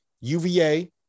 UVA